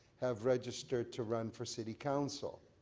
have registered to run for city council.